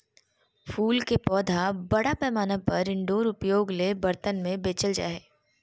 फूल के पौधा बड़ा पैमाना पर इनडोर उपयोग ले बर्तन में बेचल जा हइ